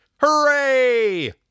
Hooray